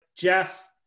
Jeff